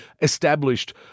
established